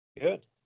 Good